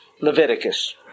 Leviticus